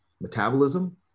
metabolism